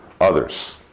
others